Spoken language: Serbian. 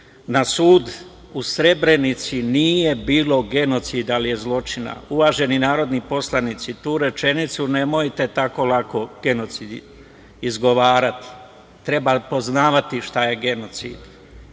na sud, u Srebrenici nije bilo genocida, ali je zločina. Uvaženi narodni poslanici, tu rečenicu nemojte tako lako izgovarati. Treba poznavati šta je genocid.